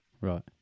right